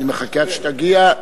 אני מחכה עד שתגיע.